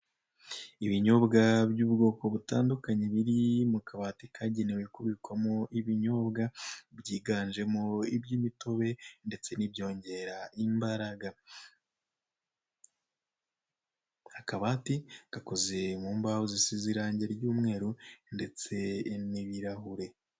Ibinyobwa by'ubwoko butandukanye biri mu kabati kagenewe kubikwamo ibinyobwa byiganjemo iby'imitobe ndetse n'ibyongera imbaraga akabati gakoze mu mbaho zisize irange ry'umweru ndetse n'ibirahure.